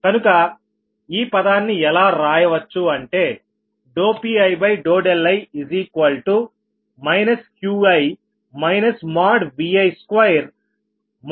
కనుక ఈ పదాన్ని ఎలా రాయవచ్చు అంటే Pii Qi Vi2Yiisin ii